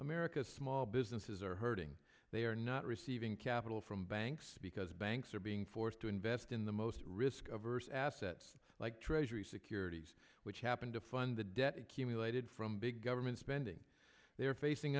america small businesses are hurting they are not receiving capital from banks because banks are being forced to invest in the most risk averse assets like treasury securities which happen to fund the debt accumulated from big government spending they are facing